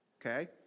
okay